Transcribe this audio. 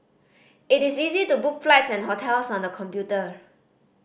it is easy to book flights and hotels on the computer